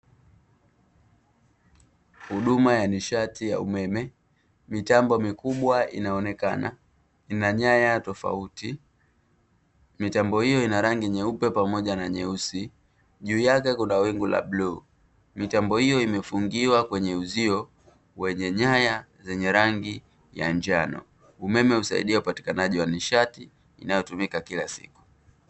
Huduma ya nishati ya umeme, mitambo mikubwa inaonekana ina nyaya tofauti, mitambo hiyo ina rangi nyeupe pamoja na nyeusi juu yake kuna wingu la bluu, mitambo hiyo imefungiwa kwenye uzio, wenye nyaya za rangi ya njano. Umeme husaidia upatikanajii wa nishati inayotumika kila siku.